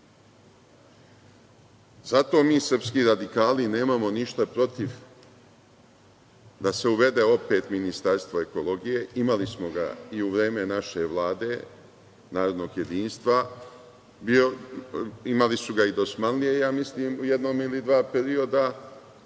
mi, srpski radikali, nemamo ništa protiv da se uvede opet ministarstvo ekologije. Imali smo ga i u vreme naše Vlade, narodnog jedinstva, imali su ga i dosmanlije, ja mislim, u jednom ili dva perioda,